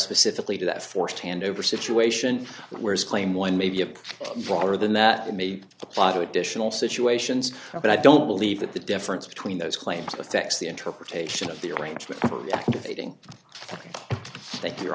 specifically to that forced handover situation whereas claim one may be a broader than that it may apply to additional situations but i don't believe that the difference between those claims affects the interpretation of the arrangement for activating that you're